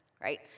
right